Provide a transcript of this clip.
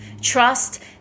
Trust